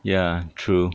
ya true